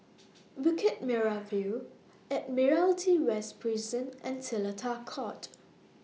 Bukit Merah View Admiralty West Prison and Seletar Court